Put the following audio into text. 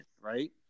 right